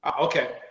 Okay